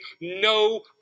no